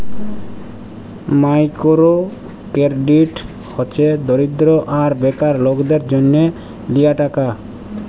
micro credit হছে দরিদ্য আর বেকার লকদের জ্যনহ লিয়া টাকা